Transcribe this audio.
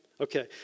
Okay